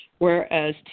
whereas